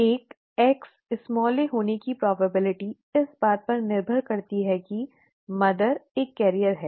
एक Xa होने की संभावना इस बात पर निर्भर करती है कि माँ एक वाहक है